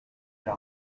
era